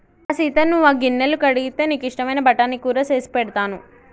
అమ్మ సీత నువ్వు ఆ గిన్నెలు కడిగితే నీకు ఇష్టమైన బఠానీ కూర సేసి పెడతాను